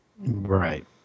Right